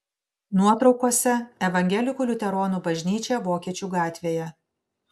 nuotraukose evangelikų liuteronų bažnyčia vokiečių gatvėje